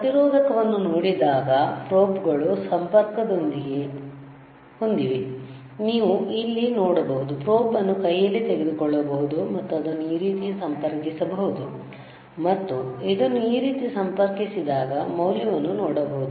ಪ್ರತಿರೋಧಕವನ್ನು ನೋಡಿದಾಗ ಪ್ರೋಬ್ ಗಳು ಸಂಪರ್ಕಹೊಂದಿವೆ ನೀವು ಇಲ್ಲಿ ನೋಡಬಹುದು ಪ್ರೋಬ್ ಅನ್ನು ಕೈಯಲ್ಲಿ ತೆಗೆದುಕೊಳ್ಳಬಹುದು ಮತ್ತು ಅದನ್ನು ಈ ರೀತಿ ಸಂಪರ್ಕಿಸಬಹುದು ಮತ್ತು ಇದನ್ನು ಈ ರೀತಿ ಸಂಪರ್ಕಿಸಿದಾಗ ಮೌಲ್ಯವನ್ನು ನೋಡಬಹುದು